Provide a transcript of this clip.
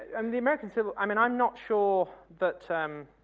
and the american civil i mean i'm not sure that